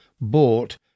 bought